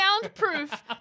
soundproof